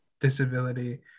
disability